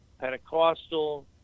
Pentecostal